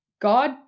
God